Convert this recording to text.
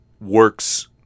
works